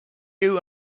you